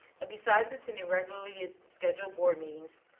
besides attending regularly scheduled board meetings,